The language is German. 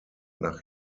nach